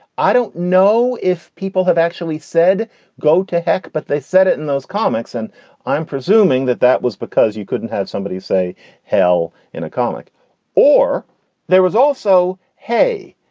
i don't know if people have actually said go to heck. but they said it in those comics. and i'm presuming that that was because you couldn't have somebody say hell in a comic or there was also, hey,